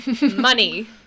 Money